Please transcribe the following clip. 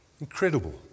Incredible